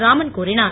ராமன் கூறினார்